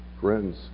Friends